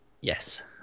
Yes